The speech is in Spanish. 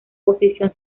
posición